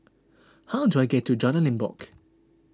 how do I get to Jalan Limbok